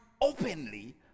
openly